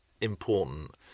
important